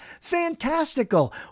fantastical